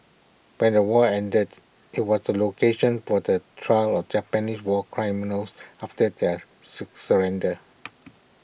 when the war ended IT was the location for the trial of Japanese war criminals after their surrender